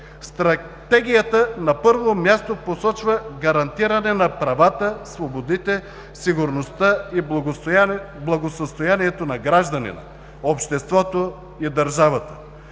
Стратегията на първо място посочва гарантиране на правата, свободите, сигурността и благосъстоянието на гражданите, обществото и държавата.